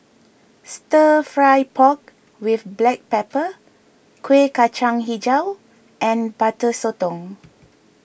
Stir Fry Pork with Black Pepper Kueh Kacang HiJau and Butter Sotong